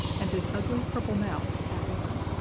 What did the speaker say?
and his ugly purple mouth half open.